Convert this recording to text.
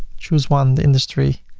choose one industry,